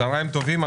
צהריים טובים,